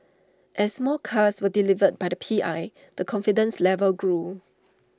as more cars were delivered by the P I the confidence level grew